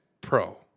pro